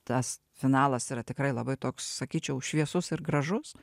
tas finalas yra tikrai labai toks sakyčiau šviesus ir gražus